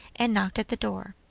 and knocked at the door.